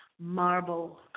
marble